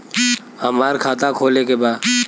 हमार खाता खोले के बा?